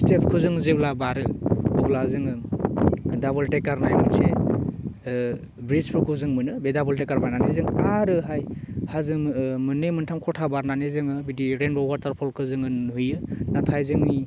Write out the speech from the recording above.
स्टेपखौ जों जेब्ला बारो अब्ला जोङो दाबल टेकारनाय मोनसे ब्रिजफोरखो जों मोनो बे दाबल टेकार बारनानै जों आरोहाय हाजो मोननै मोनथाम खथा बारनानै जोङो बिदि रेइनब' वाटार फलखौ जोङो नुहैयो नाथाय जोंनि